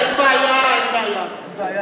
אין בעיה, אין בעיה.